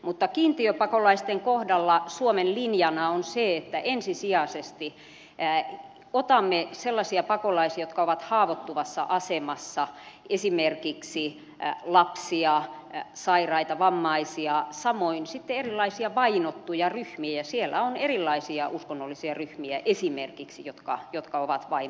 mutta kiintiöpakolaisten kohdalla suomen linjana on se että ensisijaisesti otamme sellaisia pakolaisia jotka ovat haavoittuvassa asemassa esimerkiksi lapsia sairaita vammaisia samoin sitten erilaisia vainottuja ryhmiä ja siellä on esimerkiksi erilaisia uskonnollisia ryhmiä jotka ovat vainojen kohteena